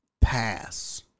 pass